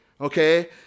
Okay